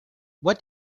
what